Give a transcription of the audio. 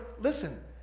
listen